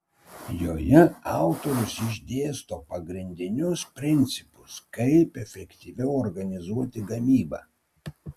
joje autorius išdėsto pagrindinius principus kaip efektyviau organizuoti gamybą